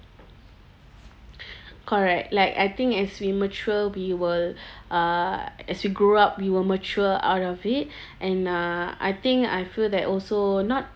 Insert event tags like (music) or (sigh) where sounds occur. (breath) correct like I think as we mature we will (breath) uh as we grow up we will mature out of it (breath) and uh I think I feel that also not